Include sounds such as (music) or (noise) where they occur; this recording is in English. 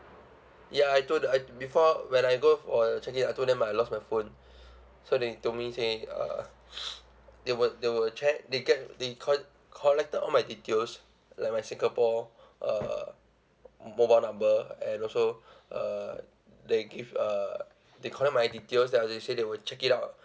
ya I told the I before when I go for the check in I told them I lost my phone so they told me saying uh (noise) they will they will che~ they get they co~ collected all my details like my singapore uh mobile number and also uh they give uh they collect my details that they say they will check it out